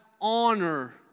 honor